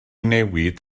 newid